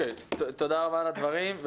תודה רבה על הדברים.